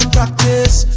Practice